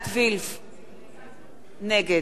נגד יצחק וקנין,